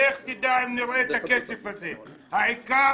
לך תדע אם נראה את הכסף הזה, העיקר